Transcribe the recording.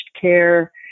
care